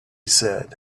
said